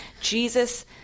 Jesus